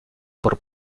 por